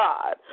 God